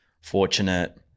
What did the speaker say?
fortunate